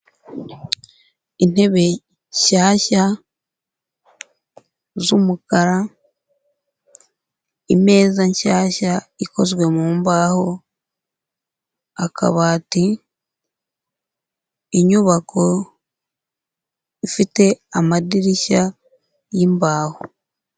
Intebe nshyashya z'umukara, imeza nshyashya ikozwe mu mbaho, akabati, inyubako ifite amadirishya y'imbaho.